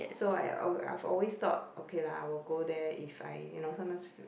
so I al~ I've always thought okay lah I will go there if I you know sometimes